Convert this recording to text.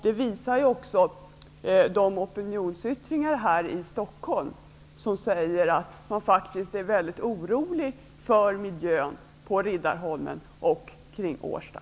Det visar också de opinionsyttringar här i Stockholm som säger att man faktiskt är mycket orolig för miljön på Riddarholmen och omkring